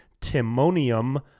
Timonium